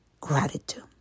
Gratitude